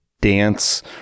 dance